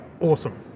awesome